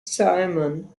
simon